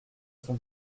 son